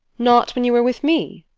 not when you are with me?